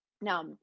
Now